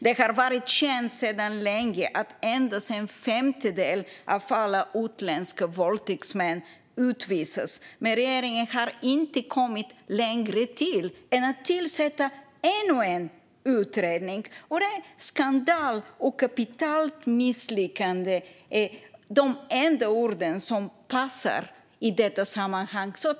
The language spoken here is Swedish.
Det har varit känt sedan länge att endast en femtedel av alla utländska våldtäktsmän utvisas, men regeringen har inte kommit längre än att tillsätta ännu en utredning. Det är en skandal och ett kapitalt misslyckande - de enda orden som passar i detta sammanhang.